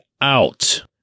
out